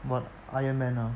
what iron man ah